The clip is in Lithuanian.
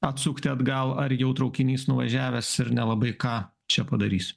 atsukti atgal ar jau traukinys nuvažiavęs ir nelabai ką čia padarysi